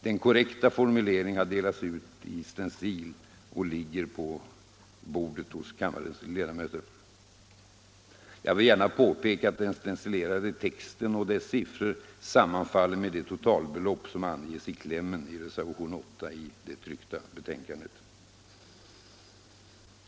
Den korrekta formuleringen har delats ut i stencil och ligger på bordet hos kammarens ledamöter. Jag vill gärna påpeka att den stencilerade texten och dess siffror sammanfaller med det totalbelopp som anges i klämmen på reservationen 8 i det tryckta betänkandet.